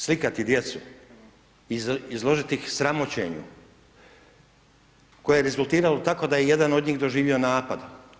Slikati djecu, izložiti ih sramoćenju koje je rezultiralo tako da je jedan od njih doživio napad.